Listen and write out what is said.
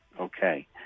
Okay